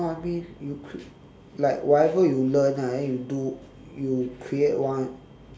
ah I mean you crea~ like whatever you learn ah then you do you create one